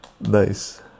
nice